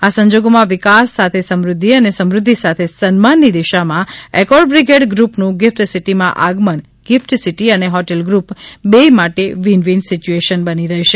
આ સંજોગોમાં વિકાસ સાથે સમૃદ્ધિ અને સમૃદ્ધિ સાથે સન્માનની દિશામાં એકોર બ્રિગેડ ગુપનું ગિફટ સિટીમાં આગમન ગિફટ સિટી અને હોટલ ગુપ બેથ માટે વિન વિન સિચ્યુએશન બની રહેશે